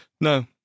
No